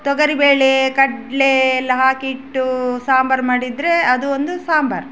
ತೊಗರಿಬೇಳೆ ಕಡಲೆ ಎಲ್ಲ ಹಾಕಿ ಇಟ್ಟು ಸಾಂಬಾರು ಮಾಡಿದರ ಅದು ಒಂದು ಸಾಂಬಾರು